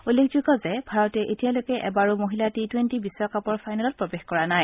উল্লেখযোগ্য যে ভাৰতে এতিয়ালৈকে এবাৰো মহিলা টি টুৱেণ্টি বিশ্বকাপৰ ফাইনেলত প্ৰৱেশ কৰা নাই